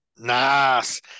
Nice